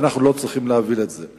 ואנחנו צריכים להבין את זה.